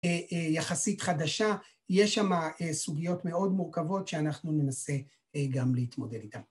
יחסית חדשה, יש שם סוגיות מאוד מורכבות שאנחנו ננסה גם להתמודד איתן.